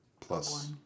Plus